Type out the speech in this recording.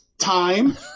time